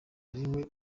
ariwe